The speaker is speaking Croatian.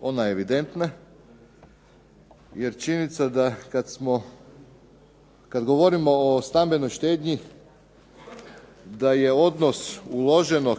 Ona je evidentna, jer činjenica da kada govorimo o stambenoj štednji, da je odnos uloženog